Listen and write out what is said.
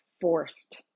forced